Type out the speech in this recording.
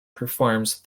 performs